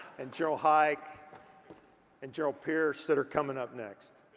and general hike and general pierce that are coming up next.